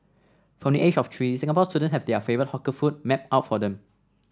from the age of three Singapore students have their favourite hawker food mapped out for them